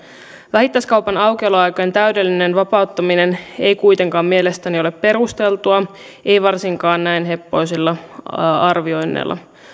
vähittäiskaupan aukioloaikojen täydellinen vapauttaminen ei kuitenkaan mielestäni ole perusteltua ei varsinkaan näin heppoisilla arvioinneilla